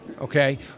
okay